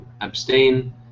abstain